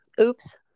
Oops